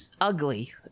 ugly